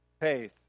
Faith